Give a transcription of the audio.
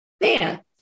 man